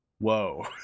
Whoa